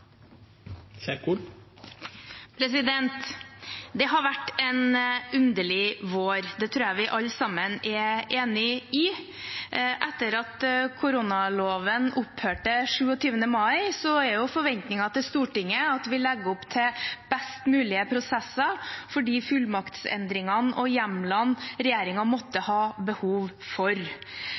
Det har vært en underlig vår. Det tror jeg vi alle sammen er enige om. Etter at koronaloven opphørte 27. mai, er forventningen til Stortinget at vi legger opp til best mulige prosesser for de fullmaktsendringene og hjemlene regjeringen måtte ha behov for.